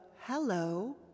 hello